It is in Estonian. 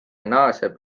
naaseb